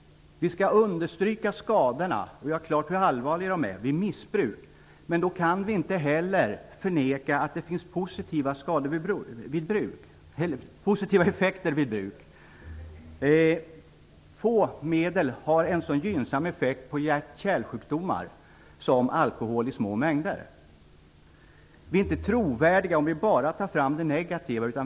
Vi skall understryka skadorna, göra klart hur allvarliga de är vid missbruk. Men då kan vi inte heller förneka att det finns positiva effekter vid bruk. Få medel har en så gynnsam effekt på hjärtkärlsjukdomar som alkohol i små mängder. Vi är inte trovärdiga om vi bara tar fram det negativa.